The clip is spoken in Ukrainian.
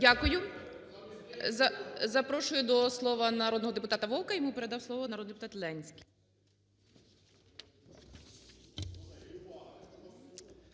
Дякую. Запрошую до слова народного депутата Вовка. Йому передав слово народний депутат Ленський.